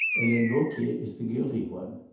helene vauquier is the guilty one.